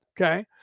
okay